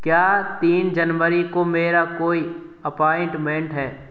क्या तीन जनवरी को मेरा कोई अपॉइंटमेंट है